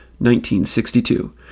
1962